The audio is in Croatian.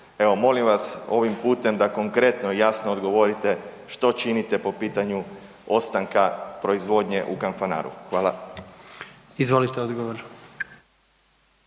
Evo, molim vas ovim putem da konkretno i jasno odgovorite što činite po pitanju ostanka proizvodnje u Kanfanaru. Hvala. **Jandroković,